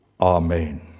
Amen